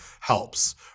helps